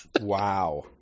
Wow